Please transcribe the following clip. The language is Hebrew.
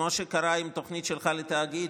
שמה שקרה עם התוכנית שלך לתאגיד,